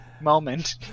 moment